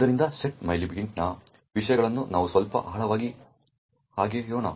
ಆದ್ದರಿಂದ set mylib int ನ ವಿಷಯಗಳನ್ನು ನಾವು ಸ್ವಲ್ಪ ಆಳವಾಗಿ ಅಗೆಯೋಣ